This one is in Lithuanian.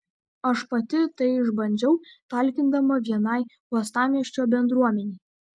aš pati tai išbandžiau talkindama vienai uostamiesčio bendruomenei